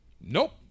Nope